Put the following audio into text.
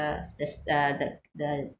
the s~ the the the